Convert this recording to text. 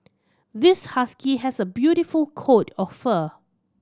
this husky has a beautiful coat of fur